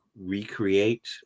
recreate